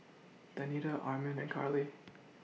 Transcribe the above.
Danita Armin and Carley